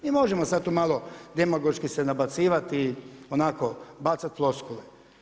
Mi možemo sada tu malo demagoški se nabacivati, onako bacati floskule.